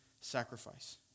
sacrifice